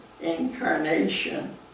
Incarnation